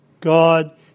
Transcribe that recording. God